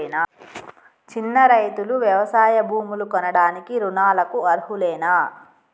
చిన్న రైతులు వ్యవసాయ భూములు కొనడానికి రుణాలకు అర్హులేనా?